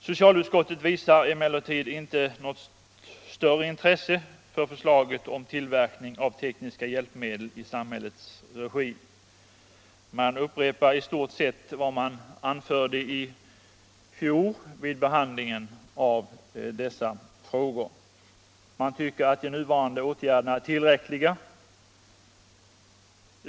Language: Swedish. Socialutskottet visar emellertid inte något större intresse för förslaget om tillverkning av tekniska hjälpmedel i samhällets regi. Man upprepar i stort sett vad man anförde i fjol vid behandlingen av denna fråga. Man tycker att de nuvarande åtgärderna är tillräckliga.